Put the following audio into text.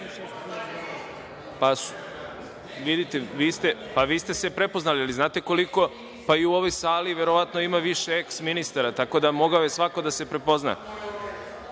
eks ministar.)Vi ste se prepoznali, ali znate koliko, pa i u ovoj sali verovatno ima više eks ministara, tako da je mogao svako da se prepozna.(Saša